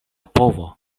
povo